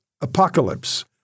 apocalypse